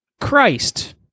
Christ